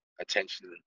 attention